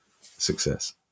success